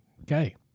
okay